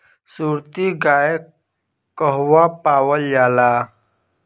सुरती गाय कहवा पावल जाला?